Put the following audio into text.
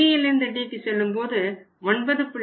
Cயிலிருந்து Dக்கு செல்லும்போது 9